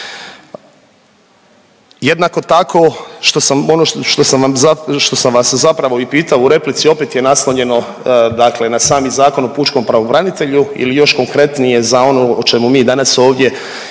sam vam, što sam vas zapravo i pitao u replici opet je naslonjeno dakle na sami Zakon o pučkom pravobranitelju ili još konkretnije za ono o čemu mi danas ovdje